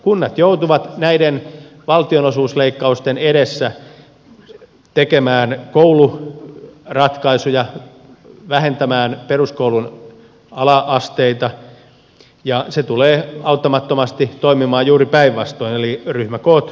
kunnat joutuvat näiden valtionosuusleikkausten edessä tekemään kouluratkaisuja vähentämään peruskoulun ala asteita ja se tulee auttamattomasti toimimaan juuri päinvastoin eli ryhmäkoot kasvavat